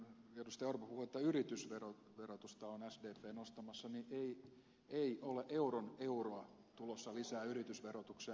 orpo puhui että yritysverotusta on sdp nostamassa että ei ole euron euroa tulossa lisää yritysverotukseen